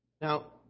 Now